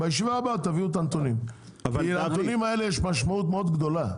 לנתונים האלה יש משמעות מאוד גדולה,